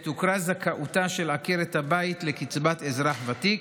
בעת שהוכרה זכאותה של עקרת הבית לקצבת אזרח ותיק